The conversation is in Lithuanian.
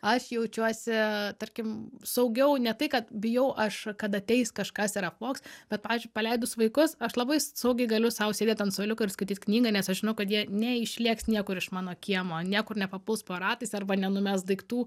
aš jaučiuosi tarkim saugiau ne tai kad bijau aš kad ateis kažkas ir apvogs bet pavyzdžiui paleidus vaikus aš labai saugiai galiu sau sėdėt ant suoliuko ir skaityt knygą nes aš žinau kad jie neišlėks niekur iš mano kiemo niekur nepapuls po ratais arba nenumes daiktų